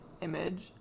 image